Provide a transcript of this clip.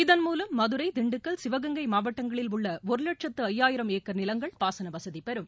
இதன்மூலம் மதுரை திண்டுக்கல் சிவகங்கை மாவட்டங்களில் உள்ள ஒரு லட்சத்து ஐயாயிரம் ஏக்கள் நிலங்கள் பாசன வசதிபெறும்